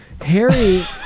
Harry